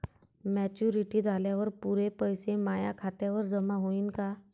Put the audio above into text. Maturity झाल्यावर पुरे पैसे माया खात्यावर जमा होईन का?